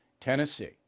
Tennessee